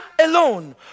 alone